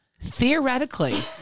Theoretically